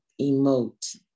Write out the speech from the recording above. emote